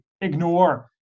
ignore